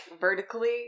vertically